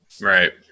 Right